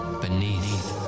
beneath